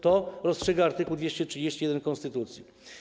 To rozstrzyga art. 231 konstytucji.